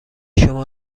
شما